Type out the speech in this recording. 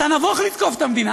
אתה נבוך לתקוף את המדינה,